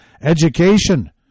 Education